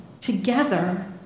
together